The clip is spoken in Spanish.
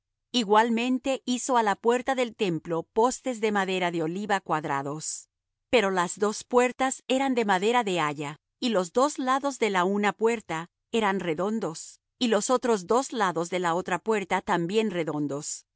igualmente hizo á la puerta del templo postes de madera de oliva cuadrados pero las dos puertas eran de madera de haya y los dos lados de la una puerta eran redondos y los otros dos lados de la otra puerta también redondos